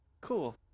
Cool